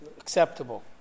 acceptable